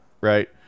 right